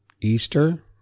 Easter